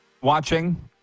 watching